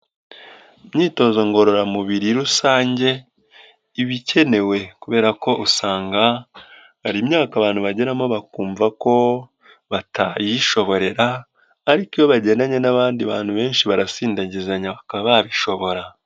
Imyitozo ngororamubiri rusange iba ikenewe kubera ko usanga hari imyaka abantu bageramo bakumva ko batayishoborera, ariko iyo bagendanye n'abandi bantu benshi barasindagizanya, bakaba babishobora.